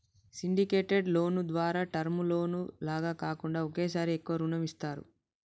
syndicated loan ద్వారా term loan లాగా కాకుండా ఒకేసారి ఎక్కువ రుణం ఇస్తారు